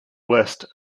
west